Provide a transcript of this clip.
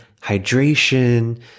hydration